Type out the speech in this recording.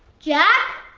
jack?